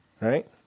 Right